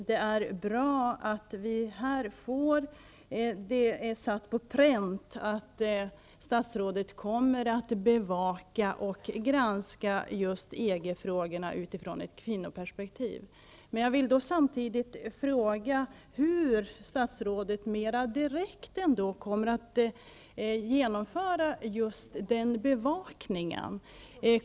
Det är bra att vi här får satt på pränt att statsrådet kommer att bevaka och granska just EG-frågorna utifrån ett kvinnoperspektiv. Jag vill då samtidigt fråga hur statsrådet mera direkt kommer att genomföra den bevakningen.